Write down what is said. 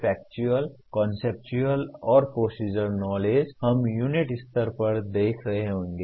factual conceptual और procedural knowledge हम unit स्तर पर देख रहे होंगे